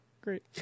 great